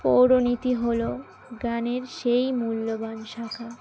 পৌরনীতি হলো গানের সেই মূল্যবান শাখা